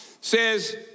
says